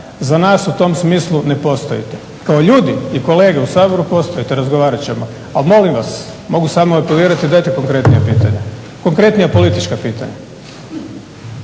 Za nas u tom smislu ne postojite. Kao ljudi i kolege u Saboru postojite, razgovarat ćemo. Ali molim vas, mogu samo apelirati dajte pokretnija pitanja, pokretnija politička pitanja.